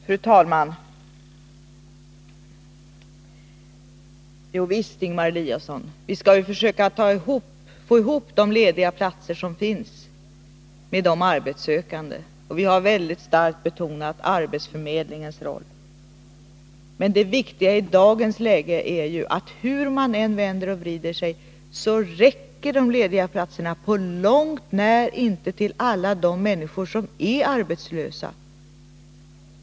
Fru talman! Jo visst, Ingemar Eliasson, skall vi försöka få ihop de lediga platser som finns med de arbetssökande. Vi har väldigt starkt betonat arbetsförmedlingens roll. Men det viktiga i dagens läge är ju, att hur man än vänder och vrider sig så räcker inte de lediga platserna på långt när till alla de människor som är arbetslösa.